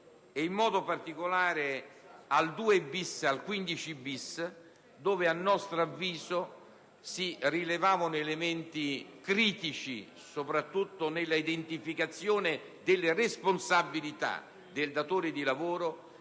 in modo particolare sugli articoli 2-*bis* e 15-*bis* dove, a nostro avviso, si rilevavano elementi critici soprattutto nell'identificazione delle responsabilità del datore di lavoro